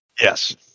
Yes